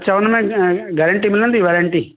अछा हुन में गैरेंटी मिलंदी वौरेंटी